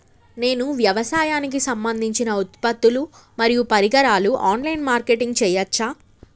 నేను వ్యవసాయానికి సంబంధించిన ఉత్పత్తులు మరియు పరికరాలు ఆన్ లైన్ మార్కెటింగ్ చేయచ్చా?